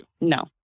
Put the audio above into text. No